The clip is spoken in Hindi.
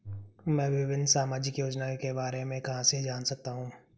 मैं विभिन्न सामाजिक योजनाओं के बारे में कहां से जान सकता हूं?